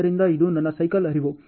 ಆದ್ದರಿಂದ ಇದು ನನ್ನ ಸೈಕಲ್ ಹರಿವು